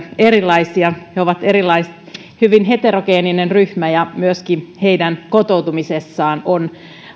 erilaisia he ovat hyvin heterogeeninen ryhmä ja heidän kotoutumisessaan on